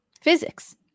Physics